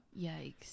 yikes